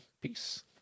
peace